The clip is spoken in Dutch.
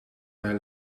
bij